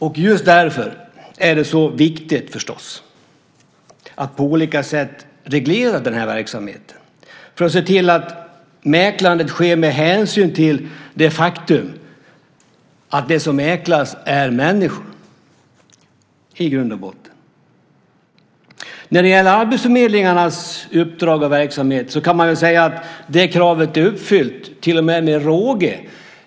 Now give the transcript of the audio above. Och just därför är det förstås så viktigt att på olika sätt reglera den här verksamheten för att se till att mäklandet sker med hänsyn till det faktum att det som mäklas i grund och botten är människor. När det gäller arbetsförmedlingarnas uppdrag och verksamhet kan man väl säga att det kravet är uppfyllt, med råge till och med.